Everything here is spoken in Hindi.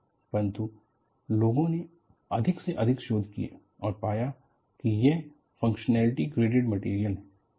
परंतु लोगों ने अधिक से अधिक शोध किये और पाया कि यह फंगक्शनली ग्रेडेड मटेरियल है